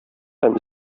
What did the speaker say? һәм